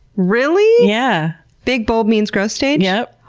really? yeah big bulb means growth stage? yep.